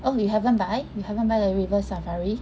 oh you haven't buy you haven't buy the River Safari